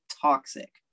toxic